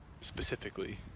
specifically